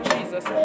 Jesus